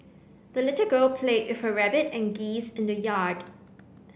the little girl played with her rabbit and geese in the yard